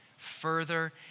further